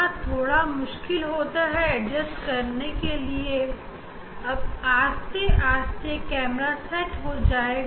यह थोड़ा मुश्किल होता है इसीलिए मैं सावधानी के साथ कैमरा सेट हो रहा है